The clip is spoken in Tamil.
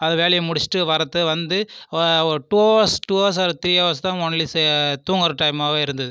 அந்த வேலையை முடிச்சுட்டு வர்றது வந்து ஒரு two hours two hours or three hours தான் ஒன்லி தூங்குகிற டைம்மாகவே இருந்தது